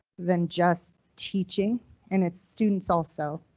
then just teaching and its students also.